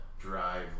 drive